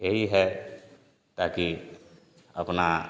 यही है ताकी अपना